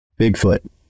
Bigfoot